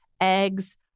eggs